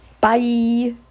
bye